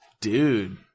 Dude